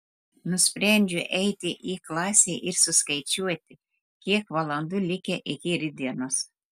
nusprendžiu eiti į klasę ir suskaičiuoti kiek valandų likę iki rytdienos